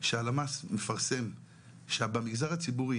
שהלמ"ס מפרסם שבמגזר הציבורי,